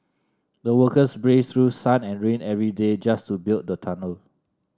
the workers braved through sun and rain every day just to build the tunnel